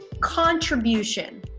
contribution